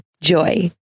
Joy